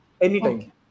anytime